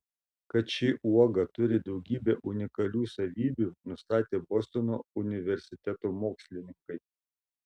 kad ši uoga turi daugybę unikalių savybių nustatė bostono universiteto mokslininkai